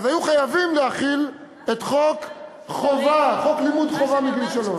היו חייבים להחיל את חוק לימוד חובה מגיל שלוש.